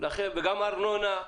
וגם ארנונה.